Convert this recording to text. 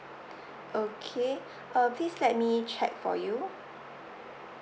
okay uh please let me check for you